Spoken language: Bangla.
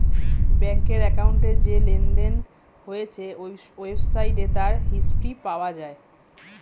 ব্যাংকের অ্যাকাউন্টে যে লেনদেন হয়েছে ওয়েবসাইটে তার হিস্ট্রি পাওয়া যায়